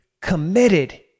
committed